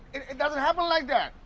it doesn't happen like that.